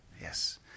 Yes